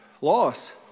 Loss